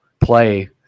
play